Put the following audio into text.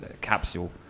capsule